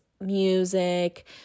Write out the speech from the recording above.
Music